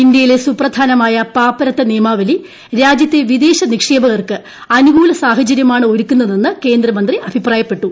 ഇന്റ്യൂയിലെ സുപ്രധാനമായ പാപ്പരത്ത നിയമാവലി രാജ്യത്തെ വിദ്ദേശ് നിക്ഷേപകർക്ക് അനുകൂല സാഹചര്യമാണ് ഒരുക്കുന്നത്തെന്ന് കേന്ദ്രമന്ത്രി അഭിപ്രായപ്പെട്ടു